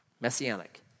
messianic